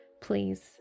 please